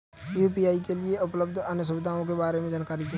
UPI के लिए उपलब्ध अन्य सुविधाओं के बारे में जानकारी दें?